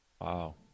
Wow